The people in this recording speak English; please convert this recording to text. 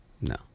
no